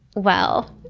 well,